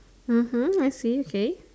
mmhmm I see okay